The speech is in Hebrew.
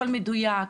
הכול מדויק,